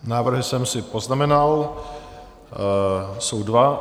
Návrhy jsem si poznamenal, jsou dva.